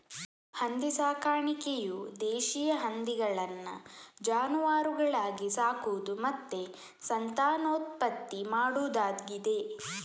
ಹಂದಿ ಸಾಕಾಣಿಕೆಯು ದೇಶೀಯ ಹಂದಿಗಳನ್ನ ಜಾನುವಾರುಗಳಾಗಿ ಸಾಕುದು ಮತ್ತೆ ಸಂತಾನೋತ್ಪತ್ತಿ ಮಾಡುದಾಗಿದೆ